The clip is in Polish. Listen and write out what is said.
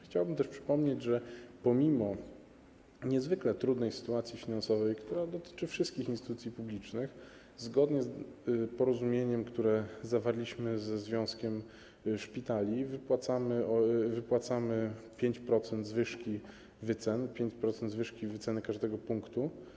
Chciałbym też przypomnieć, że pomimo niezwykle trudnej sytuacji finansowej, która dotyczy wszystkich instytucji publicznych, zgodnie z porozumieniem, które zawarliśmy ze związkiem szpitali, wypłacamy 5% zwyżki wyceny każdego punktu.